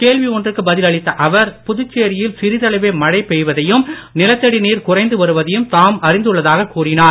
கேள்வி ஒன்றுக்கு பதில் அளித்த அவர் புதுச்சேரியில் சிறிதளவே மழை பெய்வதையும் நிலத்தடி நீர் குறைந்து வருவதையும் தாம் அறிந்துள்ளதாக கூறினார்